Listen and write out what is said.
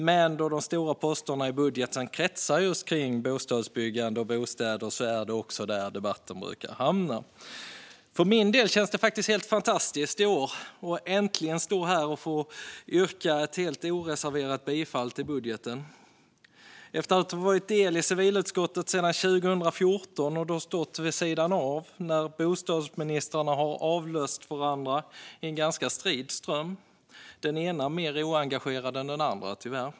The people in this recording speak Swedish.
Men då de stora posterna i budgeten kretsar kring just bostadsbyggande och bostäder är det också där debatten brukar hamna. För min del känns det faktiskt helt fantastiskt att i år äntligen få stå här och yrka ett helt oreserverat bifall till budgeten. Jag har varit med i civilutskottet sedan 2014 och stått vid sidan av medan bostadsministrarna har avlöst varandra i ganska strid ström, den ena mer oengagerad än den andra, tyvärr.